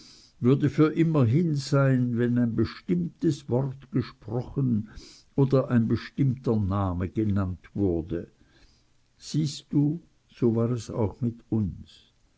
würde für immer hin sein wenn ein bestimmtes wort gesprochen oder ein bestimmter name genannt werde siehst du so war es auch mit uns